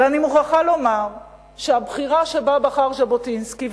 ואני מוכרחה לומר שהבחירה שבה בחר ז'בוטינסקי,